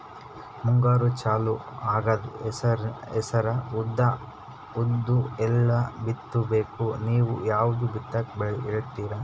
ಮುಂಗಾರು ಚಾಲು ಆಗ್ತದ ಹೆಸರ, ಉದ್ದ, ಎಳ್ಳ ಬಿತ್ತ ಬೇಕು ನೀವು ಯಾವದ ಬಿತ್ತಕ್ ಹೇಳತ್ತೀರಿ?